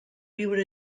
viure